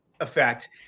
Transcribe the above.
effect